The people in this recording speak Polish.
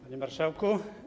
Panie Marszałku!